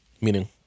Meaning